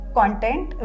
content